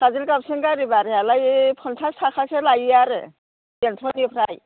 काजोलगावसिम गारि बारहायालाय पन्चास थाखासो लायो आरो बेंटलनिफ्राय